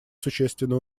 существенно